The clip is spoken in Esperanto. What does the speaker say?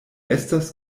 estas